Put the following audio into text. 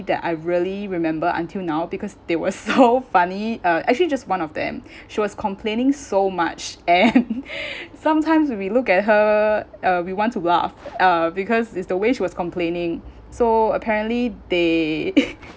that I really remember until now because they were so funny uh actually just one of them she was complaining so much and sometimes when we look at her uh we want to laugh uh because it's the way she was complaining so apparently they